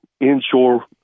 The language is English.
inshore